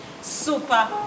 super